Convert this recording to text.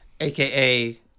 AKA